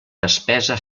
despesa